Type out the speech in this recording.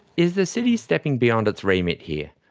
is the city stepping beyond its remit here?